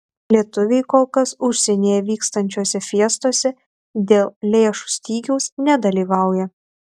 lietuviai kol kas užsienyje vykstančiose fiestose dėl lėšų stygiaus nedalyvauja